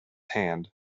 hand